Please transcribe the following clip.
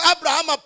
Abraham